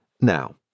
Now